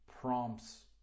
prompts